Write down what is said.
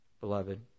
beloved